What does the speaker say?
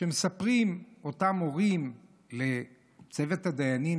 שמספרים אותם מורים לצוות הדיינים,